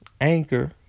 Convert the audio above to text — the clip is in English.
Anchor